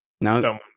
no